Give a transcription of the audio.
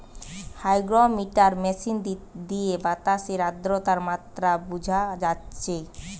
hygrometer machine দিয়ে বাতাসের আদ্রতার মাত্রা বুঝা যাচ্ছে